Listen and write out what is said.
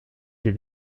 t’ai